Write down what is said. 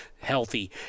healthy